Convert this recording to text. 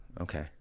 Okay